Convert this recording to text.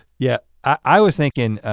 yeah, i was thinking,